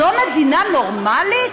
זו מדינה נורמלית?